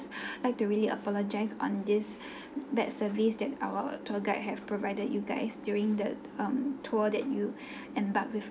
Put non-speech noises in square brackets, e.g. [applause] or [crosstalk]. [breath] like to really apologise on this [breath] bad service that our tour guide have provided you guys during the um tour that you [breath] embark with